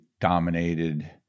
dominated